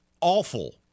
Awful